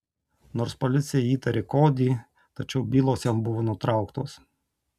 nors policija įtarė kodį tačiau bylos jam buvo nutrauktos